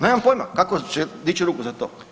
Nemam pojma kako će dići ruku za to.